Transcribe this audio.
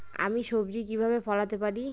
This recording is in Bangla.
আমি সবজি কিভাবে ফলাতে পারি?